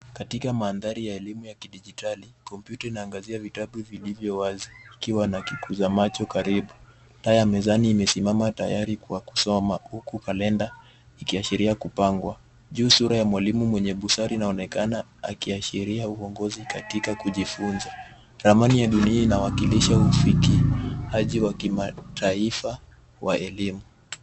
Katika mandhari ya elimu ya kidijitali, kompyuta inaangazia vitabu vilivyo wazi ikiwa na kikuza macho karibu. Taa ya mezani imesimama tayari kwa kusoma huku kalenda ikiashiria kupangwa. Juu, sura ya mwalimu mwenye busara inaonekana akiashiria uongozi katika kujifunza. Ramani ya dunia inawakilisha ufikiaji wa kimataifa wa elimu .